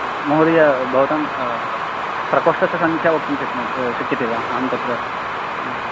महोदय भवतां प्रकोष्ठस्य सङ्ख्या वक्तुं शक्नोति वा शक्यते वा अहं तत्र हा